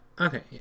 Okay